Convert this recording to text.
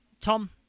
Tom